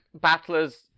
Battler's